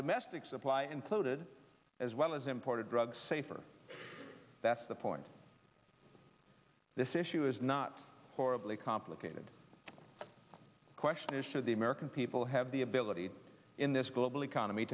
domestic supply included as well as imported drugs safer that's the point this issue is not horribly complicated question is should the american people have the ability in this global economy